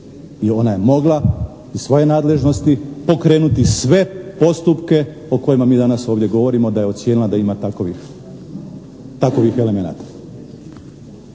I ona je mogla iz svoje nadležnosti pokrenuti sve postupke o kojima mi danas govorimo da je ocijenila da ima takovih elemenata.